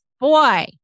Boy